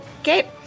Okay